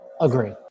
agree